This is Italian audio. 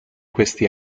questi